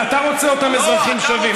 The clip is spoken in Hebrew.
אתה רוצה אותם אזרחים שווים.